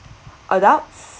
adults